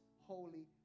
holy